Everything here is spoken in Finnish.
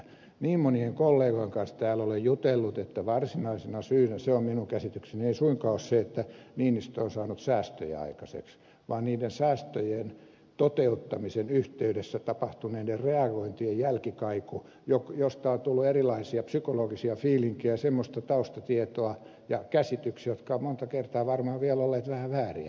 niin monien kollegojen kanssa täällä olen jutellut että varsinaisena syynä se on minun käsitykseni ei suinkaan ole se että niinistö on saanut säästöjä aikaiseksi vaan niiden säästöjen toteuttamisen yhteydessä tapahtuneiden reagointien jälkikaiku josta on tullut erilaista psykologista fiilinkiä semmoista taustatietoa ja semmoisia käsityksiä jotka ovat monta kertaa varmaan vielä olleet vähän vääriä